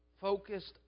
Focused